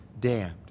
damned